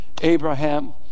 Abraham